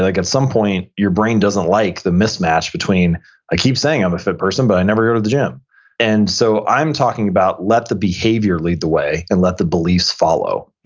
like at some point, your brain doesn't like the mismatch between i keep saying i'm a fit person, but i never go to the gym and so i'm talking about let the behavior lead the way, and let the beliefs follow.